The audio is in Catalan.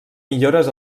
millores